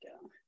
go